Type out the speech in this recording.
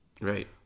Right